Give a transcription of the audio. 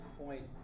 point